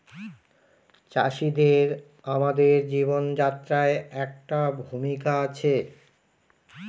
চাষিদের আমাদের জীবনযাত্রায় একটা ভূমিকা আছে